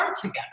together